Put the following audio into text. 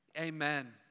Amen